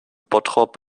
bottrop